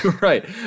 right